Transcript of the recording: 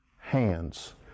hands